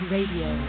Radio